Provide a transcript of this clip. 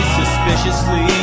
suspiciously